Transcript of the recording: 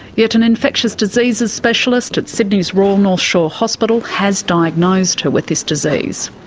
yet an infectious diseases specialist at sydney's royal north shore hospital has diagnosed her with this disease.